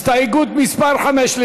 הסתייגות מס' 5,